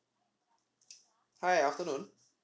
hi afternoon